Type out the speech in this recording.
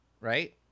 Right